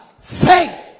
faith